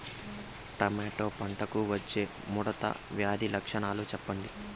Tomato పంటకు వచ్చే ముడత వ్యాధి లక్షణాలు చెప్పండి?